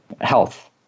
health